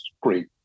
great